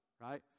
right